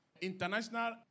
international